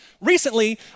Recently